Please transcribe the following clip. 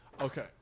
Okay